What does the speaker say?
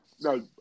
no